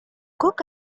cook